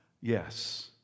Yes